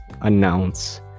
announce